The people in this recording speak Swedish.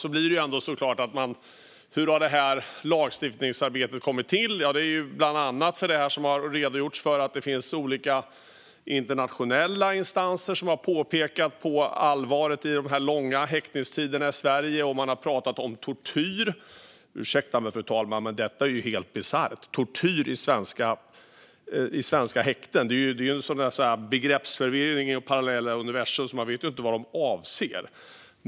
Jag vill börja med hur det här lagstiftningsarbetet har kommit till. Som det har redogjorts för beror det bland annat på att det finns olika internationella instanser som har pekat på allvaret i de långa häktningstiderna i Sverige. Man har pratat om tortyr. Ursäkta mig, fru talman, men detta är ju helt bisarrt. Tortyr i svenska häkten? Det är begreppsförvirring i parallella universum. Man vet inte vad de avser.